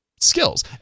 skills